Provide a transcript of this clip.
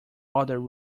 other